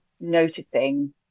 noticing